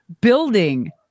building